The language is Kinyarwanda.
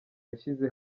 yashyize